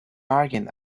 arguing